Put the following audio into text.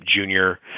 junior